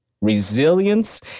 resilience